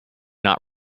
not